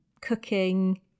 cooking